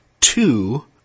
two